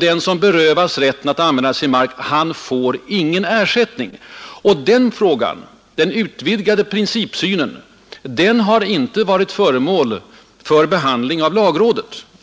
Den som berövas rätten att använda sin mark får ingen ersättning. Och den frågan, den nya principsynen, har inte varit föremål för behandling av lagrådet.